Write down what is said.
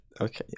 okay